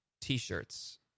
t-shirts